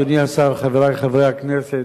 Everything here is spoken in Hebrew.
אדוני השר, חברי חברי הכנסת,